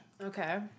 Okay